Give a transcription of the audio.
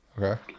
Okay